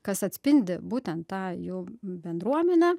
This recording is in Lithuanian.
kas atspindi būtent tą jų bendruomenę